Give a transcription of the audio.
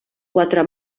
quatre